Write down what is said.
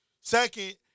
Second